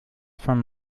von